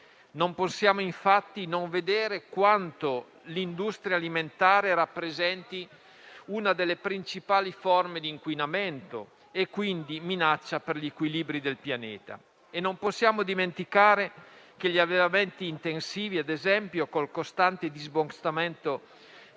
Non possiamo, infatti, non vedere quanto l'industria alimentare rappresenti una delle principali forme di inquinamento e, quindi, una minaccia per gli equilibri del pianeta. Non possiamo poi dimenticare che gli allevamenti intensivi - ad esempio - col costante disboscamento